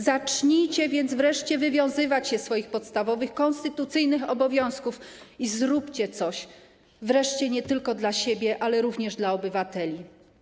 Zacznijcie więc wreszcie wywiązywać się ze swoich podstawowych, konstytucyjnych obowiązków i zróbcie coś wreszcie nie tylko dla siebie, ale również dla obywateli.